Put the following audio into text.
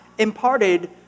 imparted